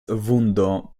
vundo